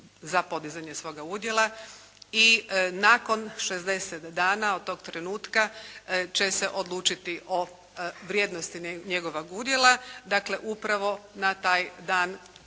za podizanje svoga udjela i nakon 60 dana od tog trenutka će se odlučiti o vrijednosti njegovog udjela. Dakle, upravo na taj dan